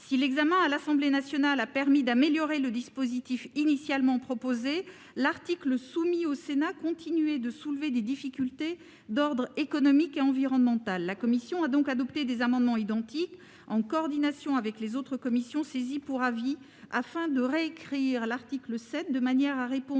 Si l'examen à l'Assemblée nationale a permis d'améliorer le dispositif initialement proposé, l'article soumis au Sénat continuait de soulever des difficultés d'ordre économique et environnemental. La commission a donc adopté des amendements identiques, en coordination avec les commissions saisies pour avis, afin de réécrire l'article 7 de manière à répondre